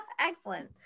excellent